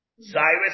Cyrus